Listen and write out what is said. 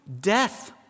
death